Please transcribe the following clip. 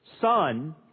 son